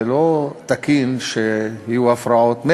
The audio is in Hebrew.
זה לא תקין שיהיו הפרעות,